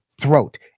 throat